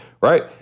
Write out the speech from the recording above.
right